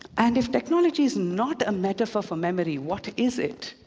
and if technology is not a metaphor for memory, what is it?